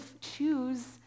choose